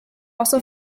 also